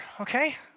okay